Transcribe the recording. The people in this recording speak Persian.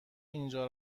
اینجا